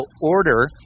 order